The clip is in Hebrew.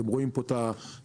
ואתם רואים את הגרף.